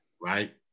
right